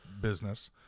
business